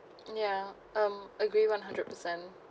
ya um agree one hundred percent